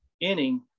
inning